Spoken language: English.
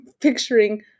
picturing